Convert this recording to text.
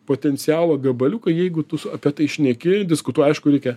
potencialo gabaliukai jeigu tu apie tai šneki diskutuoji aišku reikia